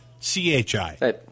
C-H-I